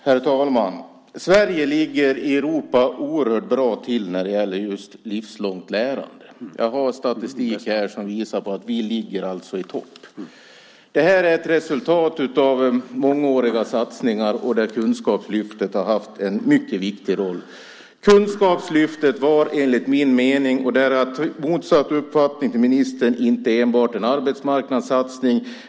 Herr talman! Sverige ligger oerhört bra till i Europa när det gäller just livslångt lärande. Jag har statistik som visar att vi ligger i topp. Det här är ett resultat av mångåriga satsningar, där Kunskapslyftet har haft en mycket viktig roll. Kunskapslyftet var enligt min mening, och där har jag motsatt uppfattning i förhållande till ministerns, inte enbart en arbetsmarknadssatsning.